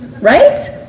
Right